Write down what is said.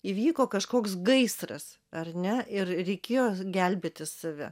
įvyko kažkoks gaisras ar ne ir reikėjo gelbėti save